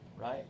Right